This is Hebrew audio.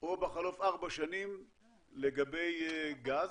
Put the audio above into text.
או בחלוף ארבע שנים לגבי גז.